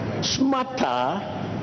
smarter